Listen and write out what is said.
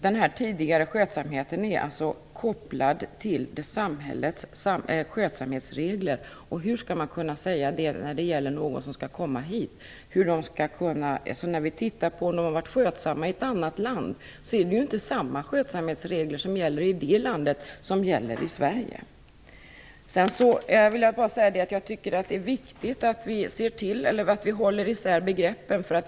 Den tidigare skötsamheten är kopplad till samhällets skötsamhetsregler, och hur skall någon som skall komma hit kunna veta vad som gäller. När vi tittar på om de har varit skötsamma i ett annat land måste vi komma ihåg att det inte är samma skötsamhetsregler som gäller i det landet som de som gäller i Jag vill bara säga att jag tycker att det är viktigt att vi håller isär begreppen.